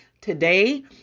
today